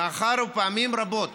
מאחר שפעמים רבות